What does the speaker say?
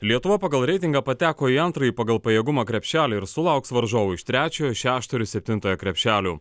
lietuva pagal reitingą pateko į antrąjį pagal pajėgumą krepšelį ir sulauks varžovų iš trečiojo šešto ir septintojo krepšelių